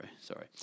Sorry